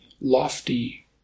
lofty